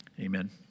Amen